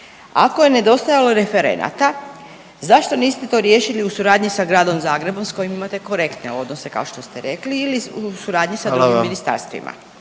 Ako je nedostajalo referenata zašto niste to riješili u suradnji sa Gradom Zagrebom s kojim imate korektne odnose kao što ste rekli ili u suradnji…/Upadica